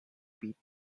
beat